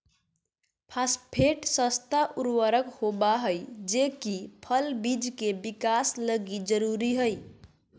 phosphate सस्ता उर्वरक होबा हइ जे कि फल बिज के विकास लगी जरूरी हइ